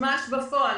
הושמש בפועל.